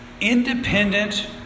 independent